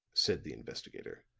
said the investigator.